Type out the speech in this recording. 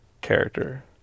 character